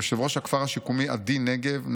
יושב-ראש הכפר השיקומי עדי נגב,